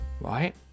right